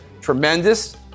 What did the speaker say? tremendous